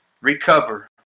recover